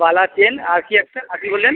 বালা chain আর কী একটা আর কী বললেন